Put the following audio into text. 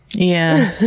yeah.